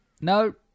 no